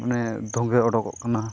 ᱢᱟᱱᱮ ᱫᱷᱩᱝᱜᱟᱹ ᱚᱰᱚᱠᱚᱜ ᱠᱟᱱᱟ